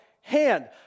hand